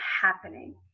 happening